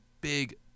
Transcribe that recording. big